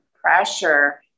pressure